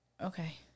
Okay